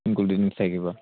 including থাকিব